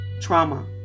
Trauma